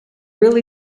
really